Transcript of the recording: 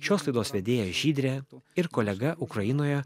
šios laidos vedėja žydrė ir kolega ukrainoje